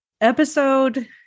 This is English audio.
episode